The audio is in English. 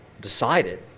decided